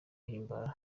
himbara